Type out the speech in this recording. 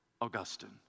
Augustine